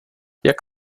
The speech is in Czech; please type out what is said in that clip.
jak